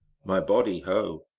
my body, ho!